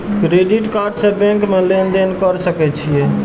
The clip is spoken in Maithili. क्रेडिट कार्ड से बैंक में लेन देन कर सके छीये?